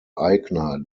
aigner